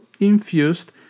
Infused